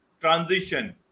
transition